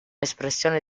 espressione